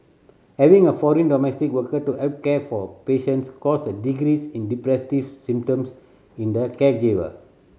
having a foreign domestic worker to help care for patients caused a decrease in depressive symptoms in the caregiver